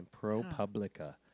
ProPublica